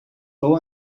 fou